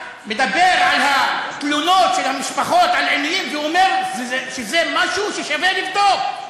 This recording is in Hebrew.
מדבר על התלונות של המשפחות על עינויים ואומר שזה משהו ששווה לבדוק.